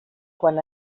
quan